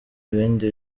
ibindi